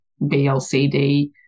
BLCD